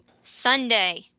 Sunday